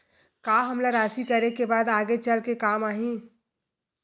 का हमला राशि करे के बाद आगे चल के काम आही?